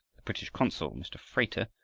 the british consul, mr. frater,